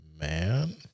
Man